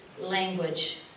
language